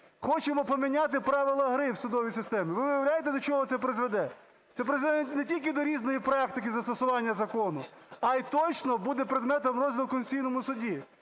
хочемо поміняти правила гри в судовій системі. Ви уявляєте, до чого це призведе? Це призведе не тільки до різної практики застосування закону, а й точно буде предметом розгляду в Конституційному Суді.